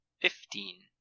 Fifteen